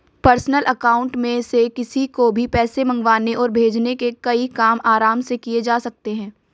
personal account में से किसी को भी पैसे मंगवाने और भेजने के कई काम आराम से किये जा सकते है